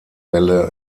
welle